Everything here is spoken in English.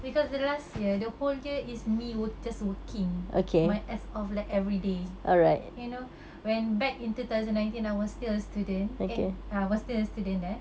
because the last year the whole year is me just working my ass off like everyday you know when back in two thousand nineteen I was still a student eh ya I was still a student then